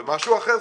זה משהו אחר.